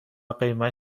قیمت